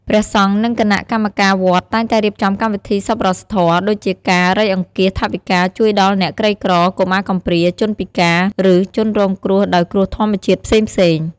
ព្រះសង្ឃ និងគណៈកម្មការវត្តតែងតែរៀបចំកម្មវិធីសប្បុរសធម៌ ដូចជាការរៃអង្គាសថវិកាជួយដល់អ្នកក្រីក្រ កុមារកំព្រា ជនពិការ ឬជនរងគ្រោះដោយគ្រោះធម្មជាតិផ្សេងៗ។